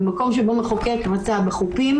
במקום שבו מחוקק רצה בחופים,